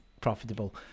profitable